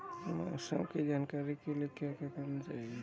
मौसम की जानकारी के लिए क्या करना चाहिए?